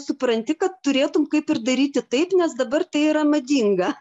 supranti kad turėtum kaip ir daryti taip nes dabar tai yra madinga